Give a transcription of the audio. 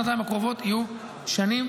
שנתיים הקרובות יהיו שנים,